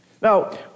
Now